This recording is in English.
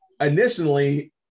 initially